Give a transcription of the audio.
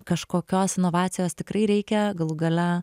kažkokios inovacijos tikrai reikia galų gale